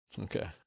Okay